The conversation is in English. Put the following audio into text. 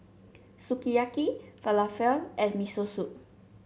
Sukiyaki Falafel and Miso Soup